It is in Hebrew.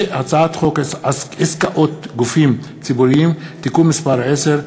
הצעת חוק עסקאות גופים ציבוריים (תיקון מס' 10),